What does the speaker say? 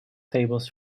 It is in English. tables